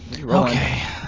Okay